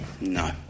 no